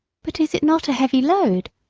but is it not a heavy load?